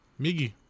Miggy